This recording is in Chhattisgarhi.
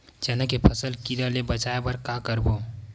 चना के फसल कीरा ले बचाय बर का करबो?